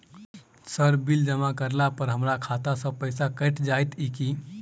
Sir bill जमा करला पर हमरा खाता सऽ पैसा कैट जाइत ई की?